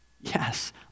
Yes